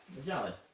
magellan,